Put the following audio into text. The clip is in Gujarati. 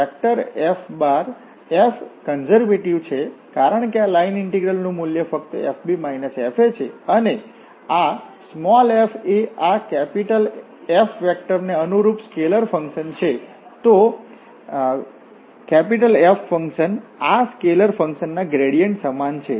જો તમારું F કન્ઝર્વેટિવ છે કારણ કે આ લાઇન ઇન્ટિગ્રલનું મૂલ્ય ફક્ત fb f છે અને આ f એ આ F ને અનુરૂપ સ્કેલર ફંક્શન છે તો F આ સ્કેલેર ફંક્શનના ગ્રેડિયન્ટ સમાન છે